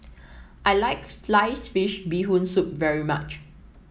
I like Sliced Fish Bee Hoon Soup very much